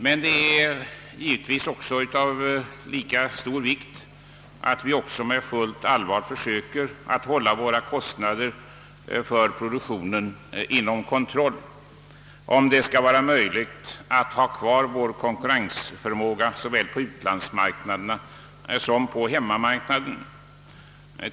Men det är av lika stor vikt att vi försöker hålla kostnaderna för produktionen inom kontroll, om det 'skall vara möjligt att bevara vår konkurrensförmåga såväl på utlandsmarknaderna som på hemmamarknaden.